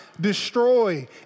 destroy